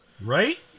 Right